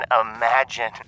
imagine